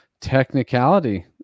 technicality